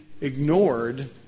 ignored